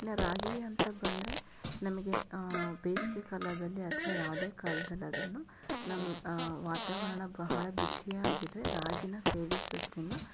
ಇನ್ನು ರಾಗಿ ಅಂತ ಬಂದರೆ ನಮಗೆ ಬೇಸಿಗೆ ಕಾಲದಲ್ಲಿ ಅಥವಾ ಯಾವುದೇ ಕಾಲದಲ್ಲಾದರೂನು ನಮ್ಮ ವಾತಾವರಣ ಬಹಳ ಬಿಸಿಯಾಗಿದ್ರೆ ರಾಗಿನ ಸೇವಿಸೋದ್ರಿಂದ